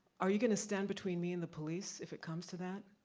are you gonna stand between me and the police if it comes to that?